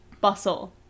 bustle